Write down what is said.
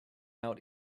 out